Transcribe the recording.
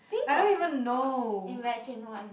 think got imagine one